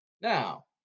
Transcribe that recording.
Now